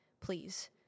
please